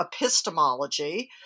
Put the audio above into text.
epistemology